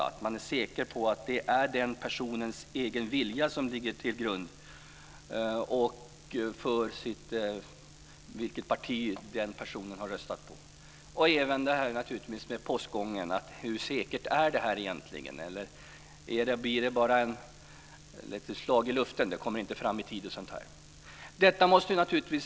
Man måste kunna vara säker på att det är personens egen vilja som ligger till grund för vilket parti den personen har röstat på. Det gäller även postgången: Hur säkert är det här egentligen? Blir det bara ett slag i luften? Kommer det inte fram i tid osv.?